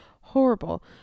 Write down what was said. Horrible